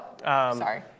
Sorry